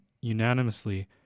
unanimously